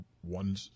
one